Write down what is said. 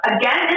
again